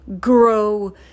grow